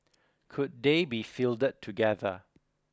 could they be fielded together